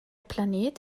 planet